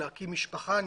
להקים משפחה,